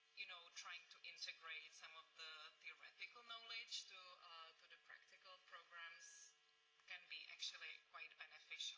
you know, trying to integrate some of the theoretical knowledge to to the practical programs can be actually quite beneficial